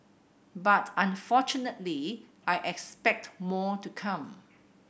but unfortunately I expect more to come